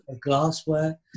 glassware